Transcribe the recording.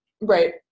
right